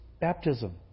baptism